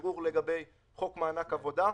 העבודה ולצמצום פערים חברתיים (מענק עבודה),